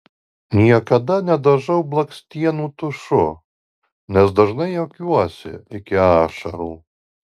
niekada nedažau blakstienų tušu nes dažnai juokiuosi iki ašarų